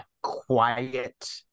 quiet